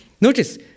Notice